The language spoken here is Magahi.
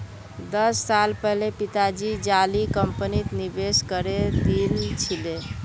दस साल पहले पिताजी जाली कंपनीत निवेश करे दिल छिले